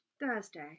Thursday